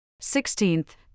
Sixteenth